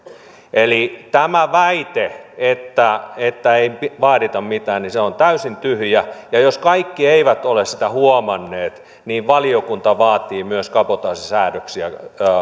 eli tämä väite että että ei vaadita mitään on täysin tyhjä ja jos kaikki eivät ole sitä huomanneet niin valiokunta vaatii myös kabotaasisäädöksiä